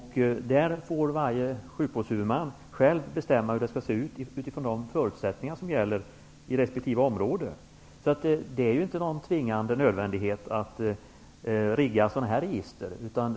Där får varje sjukvårdshuvudman själv bestämma hur det skall se ut efter de förutsättningar som gäller inom resp. område. Det är alltså inte en tvingande nödvändighet att rigga upp sådana register.